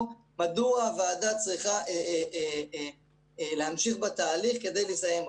מדוע הוועדה צריכה להמשיך בתהליך כדי לסיים אותו.